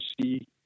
see